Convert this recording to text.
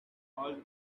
all